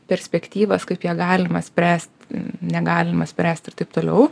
perspektyvas kaip ją galima spręst negalima spręst ir taip toliau